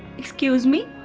excuse me?